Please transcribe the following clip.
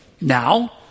Now